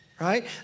Right